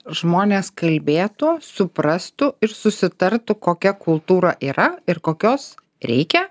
žmonės kalbėtų suprastų ir susitartų kokia kultūra yra ir kokios reikia